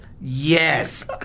Yes